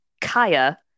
Kaya